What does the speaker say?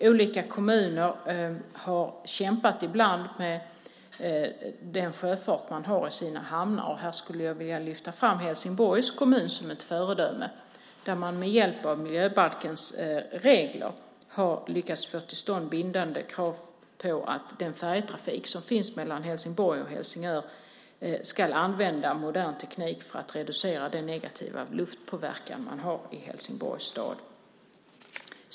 Olika kommuner har ibland kämpat med den sjöfart som de har i sina hamnar. Här skulle jag vilja lyfta fram Helsingborgs kommun som ett föredöme. Där har man med hjälp av miljöbalkens regler lyckats få till stånd bindande krav på att den färjetrafik som finns mellan Helsingborg och Helsingör ska använda modern teknik för att reducera den negativa luftpåverkan som man har i Helsingborgs stad.